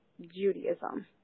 Judaism